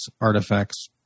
artifacts